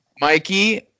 Mikey